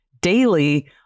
daily